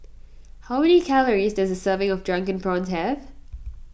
how many calories does a serving of Drunken Prawns have